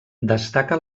destaca